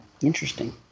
Interesting